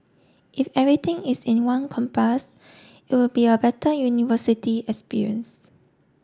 if everything is in one campus it'll be a better university experience